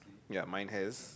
ya mine has